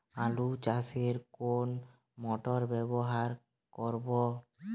আলু চাষে কোন মোটর ব্যবহার করব?